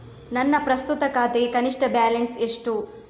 ನನ್ನ ಪ್ರಸ್ತುತ ಖಾತೆಗೆ ಕನಿಷ್ಠ ಬ್ಯಾಲೆನ್ಸ್ ಎಷ್ಟು?